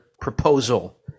proposal